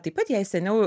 taip pat jei seniau